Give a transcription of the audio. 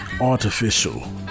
artificial